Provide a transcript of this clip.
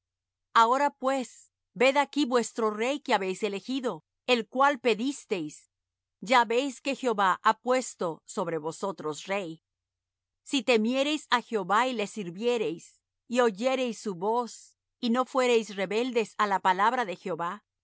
ahora pues ved aquí vuestro rey que habéis elegido el cual pedisteis ya veis que jehová ha puesto sobre vosotros rey si temiereis á jehová y le sirviereis y oyereis su voz y no fuereis rebeldes á la palabra de jehová